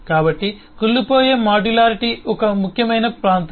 కాబట్టి కుళ్ళిపోయే మాడ్యులారిటీ ఒక ముఖ్యమైన ప్రాంతం